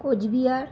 Cooch Behar